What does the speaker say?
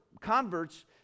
converts